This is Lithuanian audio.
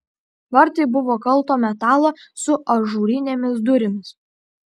vartai buvo kalto metalo su ažūrinėmis durimis